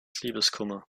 liebeskummer